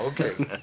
okay